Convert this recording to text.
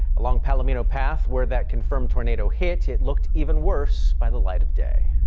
along palomino path where that confirmed tornado hit it looked even worse by the light of day.